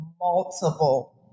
multiple